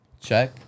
check